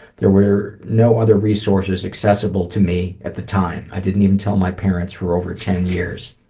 there were no other resources accessible to me at the time. i didn't even tell my parents for over ten years.